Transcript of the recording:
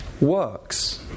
works